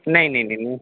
نہیں نہیں نہیں نہیں